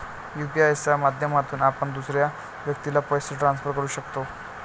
UPI च्या माध्यमातून आपण दुसऱ्या व्यक्तीला पैसे ट्रान्सफर करू शकतो